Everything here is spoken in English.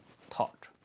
thought